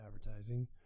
advertising